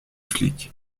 flic